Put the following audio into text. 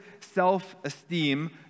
self-esteem